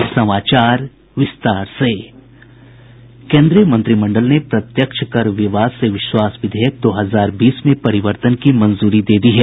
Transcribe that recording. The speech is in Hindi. केन्द्रीय मंत्रिमंडल ने प्रत्यक्ष कर विवाद से विश्वास विधेयक दो हजार बीस में परिवर्तन की मंजूरी दे दी है